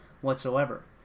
whatsoever